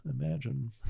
imagine